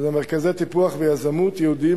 מרכזי טיפוח ויזמות ייעודיים,